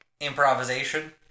improvisation